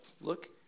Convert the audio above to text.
Look